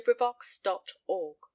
LibriVox.org